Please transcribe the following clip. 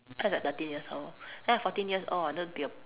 that was at thirteen years old then I fourteen years old I wanted to be a